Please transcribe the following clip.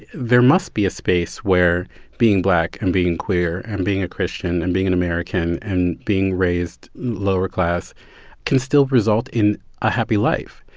there must be a space where being black and being queer and being a christian and being an american and being raised lower-class can still result in a happy life.